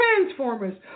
Transformers